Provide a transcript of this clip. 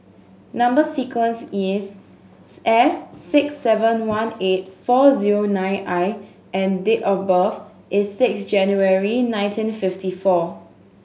number sequence is S six seven one eight four zero nine I and date of birth is six January nineteen fifty four